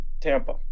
Tampa